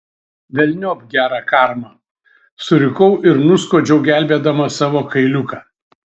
velniop gerą karmą surikau ir nuskuodžiau gelbėdama savo kailiuką